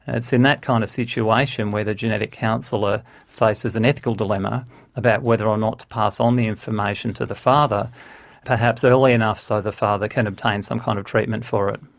it's in that kind of situation where the genetic counsellor faces an ethical dilemma about whether or not to pass on the information to the father perhaps early enough so that the father can obtain some kind of treatment for it.